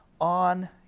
on